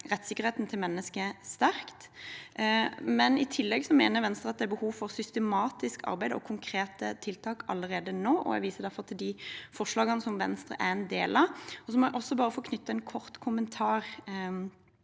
rettssikkerheten til mennesker sterkt. I tillegg mener Venstre at det er behov for systematisk arbeid og konkrete tiltak allerede nå, og jeg viser derfor til de forslagene som Venstre er en del av. Jeg må også få knytte en kort kommentar